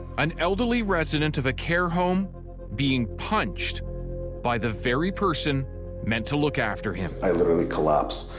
an elderly resident of a care home being punched by the very person meant to look after him. i literally collapsed.